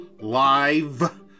Live